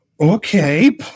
okay